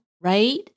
right